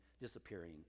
disappearing